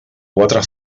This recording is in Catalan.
quatre